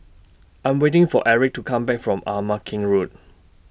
I Am waiting For Erik to Come Back from Ama Keng Road